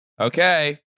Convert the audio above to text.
Okay